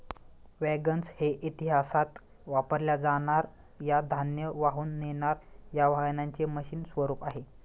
wagons हे इतिहासात वापरल्या जाणार या धान्य वाहून नेणार या वाहनांचे मशीन स्वरूप आहे